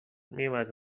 میومد